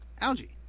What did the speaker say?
algae